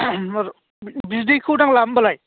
बिदैखौ नांला होनबालाय